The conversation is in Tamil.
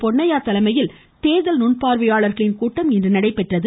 பொன்னையா தலைமையில் தேர்தல் நுண்பார்வையாளர்கள் கூட்டம் இன்று நடைபெற்றது